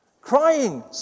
Crying